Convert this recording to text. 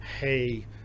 hey